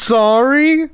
sorry